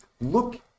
look